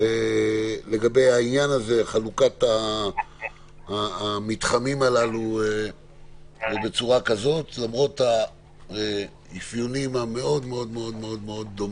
לגבי חלוקת המתחמים הללו בצורה כזו למרות האפיונים המאוד דומים.